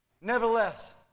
Nevertheless